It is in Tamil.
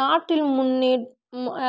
நாட்டில் முன்னே